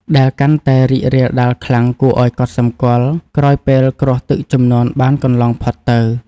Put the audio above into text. ដែលកាន់តែរីករាលដាលខ្លាំងគួរឱ្យកត់សម្គាល់ក្រោយពេលគ្រោះទឹកជំនន់បានកន្លងផុតទៅ។